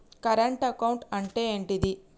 Current account అంటే ఏంటిది?